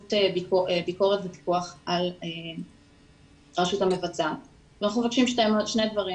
ביקורת ופיקוח על הרשות המבצעת ואנחנו מבקשים שני דברים,